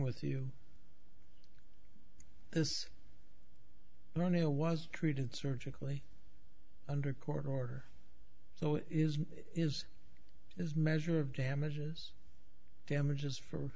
with you this rania was treated surgically under court order so is his measure of damages damages for